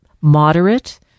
moderate